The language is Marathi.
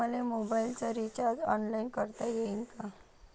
मले मोबाईलच रिचार्ज ऑनलाईन करता येईन का?